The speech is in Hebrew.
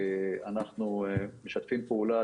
אנחנו משתפים פעולה,